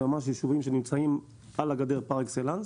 אלה יישובים שנמצאים על הגדר פר אקסלנס,